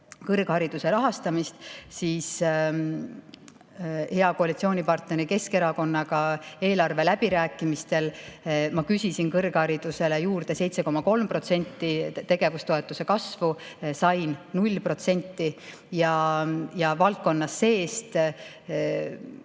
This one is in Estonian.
kõrghariduse rahastamist, siis hea koalitsioonipartneri Keskerakonnaga peetud eelarve läbirääkimistel ma küsisin kõrgharidusele juurde 7,3% tegevustoetuse kasvu, sain 0%. Valdkonna seest